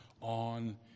on